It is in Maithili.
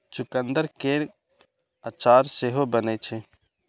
चुकंदर केर अचार सेहो बनै छै